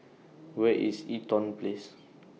Where IS Eaton Place